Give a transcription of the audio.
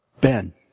Ben